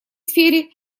сфере